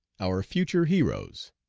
our future heroes.